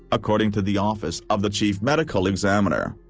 according to the office of the chief medical examiner.